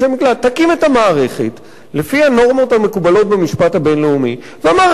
תקים את המערכת לפי הנורמות המקובלות במשפט הבין-לאומי במערכת הזאת,